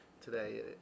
today